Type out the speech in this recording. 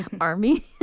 army